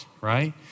right